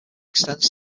extends